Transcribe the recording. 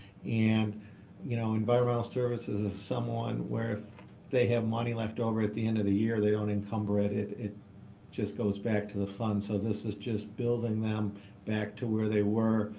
and you know environmental services is someone where if they have money left over at the end of the year they don't encumber it. it just goes back to the fund. so this is just building them back to where they were.